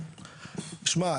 תשמע,